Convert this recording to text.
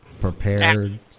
prepared